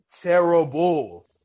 Terrible